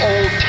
Old